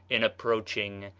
in approaching,